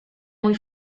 muy